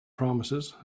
promises